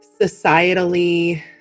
societally